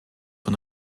von